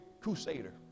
crusader